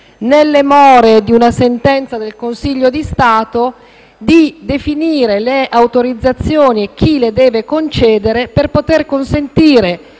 nelle more di una sentenza del Consiglio di Stato, di definire le autorizzazioni e chi le deve concedere per poter consentire